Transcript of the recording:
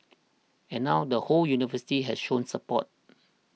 and now the whole university has shown support